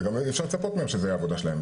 גם אי אפשר לצפות מהם שזה יהיה העבודה שלהם.